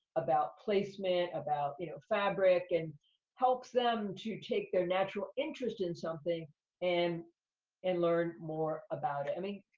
about placement, about, you know, fabric, and helps them to take their natural interest in something and and learn more about it. i mean,